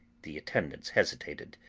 the attendants hesitated,